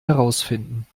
herausfinden